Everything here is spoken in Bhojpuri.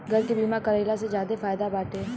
घर के बीमा कराइला से ज्यादे फायदा बाटे